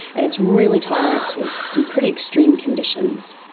and it's really tolerant to some pretty extreme conditions.